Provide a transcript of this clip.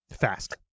fast